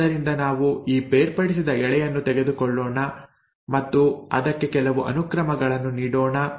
ಆದ್ದರಿಂದ ನಾವು ಈ ಬೇರ್ಪಡಿಸಿದ ಎಳೆಯನ್ನು ತೆಗೆದುಕೊಳ್ಳೋಣ ಮತ್ತು ಅದಕ್ಕೆ ಕೆಲವು ಅನುಕ್ರಮಗಳನ್ನು ನೀಡೋಣ